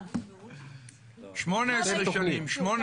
18 שנים, שמונה שנים.